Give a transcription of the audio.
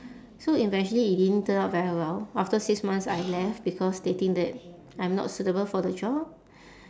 so eventually it didn't turn out very well after six months I left because they think that I'm not suitable for the job